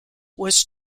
was